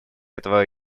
этого